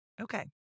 Okay